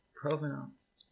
Provenance